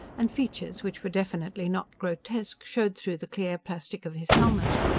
and features which were definitely not grotesque showed through the clear plastic of his helmet.